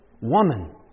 woman